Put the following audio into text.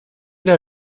der